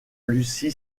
lucie